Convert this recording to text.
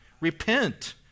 Repent